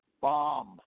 bomb